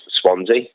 Swansea